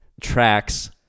tracks